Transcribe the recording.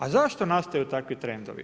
A zašto nastaju takvi trendovi?